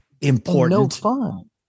important